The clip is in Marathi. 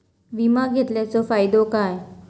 विमा घेतल्याचो फाईदो काय?